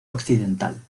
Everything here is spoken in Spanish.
occidental